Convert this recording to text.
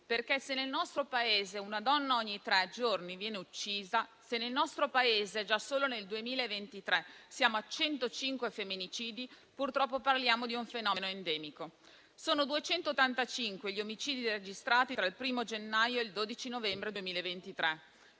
perché se nel nostro Paese una donna ogni tre giorni viene uccisa e se nel nostro Paese già solo nel 2023 siamo a 105 femminicidi, purtroppo parliamo di un fenomeno endemico. Sono 285 gli omicidi registrati tra il 1° gennaio e il 12 novembre 2023.